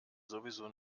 sowieso